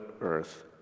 earth